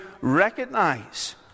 recognize